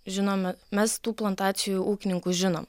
žinome mes tų plantacijų ūkininkus žinom